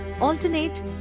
alternate